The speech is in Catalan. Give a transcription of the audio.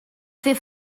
fer